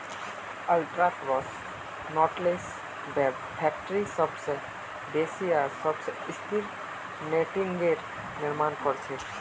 ultra cross knotless web factory सबस मजबूत आर सबस स्थिर नेटिंगेर निर्माण कर छेक